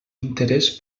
interès